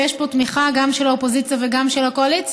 ויש פה תמיכה גם של האופוזיציה וגם של הקואליציה,